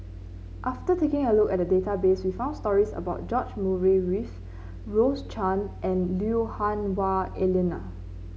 after taking a look at the database we found stories about George Murray Reith Rose Chan and Lui Hah Wah Elena